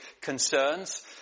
concerns